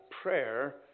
prayer